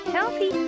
Healthy